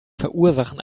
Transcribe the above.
verursachen